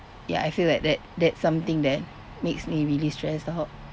ya I feel like that that something that makes me really stressed out